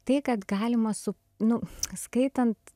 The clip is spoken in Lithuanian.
tai kad galima su nu skaitant